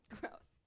Gross